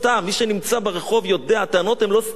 מי שנמצא ברחוב יודע, הטענות הן לא סתם.